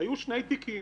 היו שני תיקים